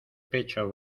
pecho